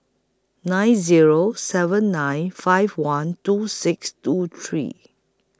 nine Zero seven nine five one two six two three